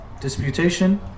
Disputation